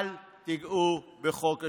אל תיגעו בחוק השבות,